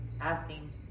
asking